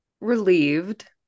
Relieved